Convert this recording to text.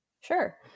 Sure